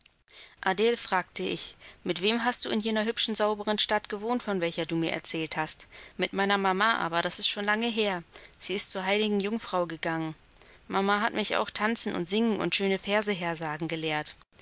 adele fragte ich mit wem hast du in jener hübschen sauberen stadt gewohnt von welcher du mir erzählt hast mit meiner mama aber das ist schon lange her sie ist zur heiligen jungfrau gegangen mama hat mich auch tanzen und singen und schöne verse hersagen gelehrt